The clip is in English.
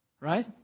Right